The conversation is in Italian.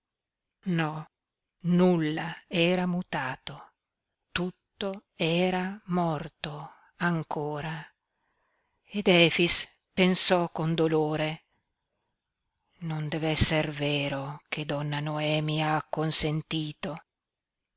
nulla era mutato tutto era morto ancora ed efix pensò con dolore non dev'esser vero che donna noemi ha acconsentito